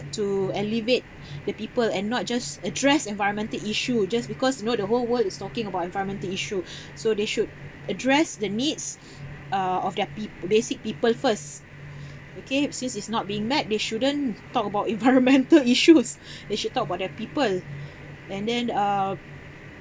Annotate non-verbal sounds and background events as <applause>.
to alleviate <breath> the people and not just address environmental issue just because you know the whole world is talking about environmental issue <breath> so they should address the needs <breath> uh of their peo~ basic people first okay since it's not being met they shouldn't talk about environmental issues <breath> they should talk about their people and then uh